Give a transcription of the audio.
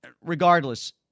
Regardless